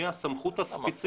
מי הסמכות הספציפית,